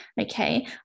okay